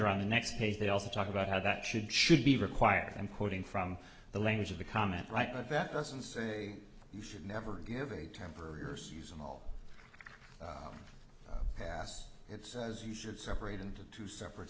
or on the next page they also talk about how that should should be required and quoting from the language of the comment right but that doesn't say you should never give a temporary or susan all pass it says you should separate into two separate